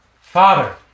Father